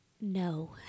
No